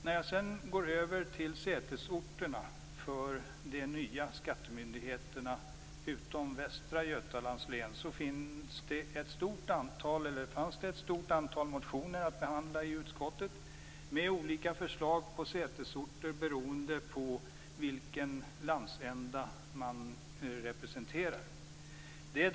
Jag går sedan över till sätesorterna för de nya skattemyndigheterna utom Västra Götalands län. Det fanns ett stort antal motioner att behandla i utskottet med olika förslag på sätesorter beroende på vilken landsända motionären representerade.